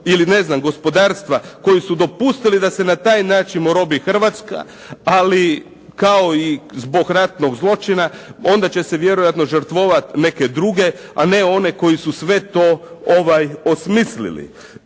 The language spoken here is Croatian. ili ne znam gospodarstva koji su dopustili da se na taj način orobi Hrvatska, ali kao i zbog ratnog zločina onda će se vjerojatno žrtvovat neke druge, a ne one koji su sve to osmislili.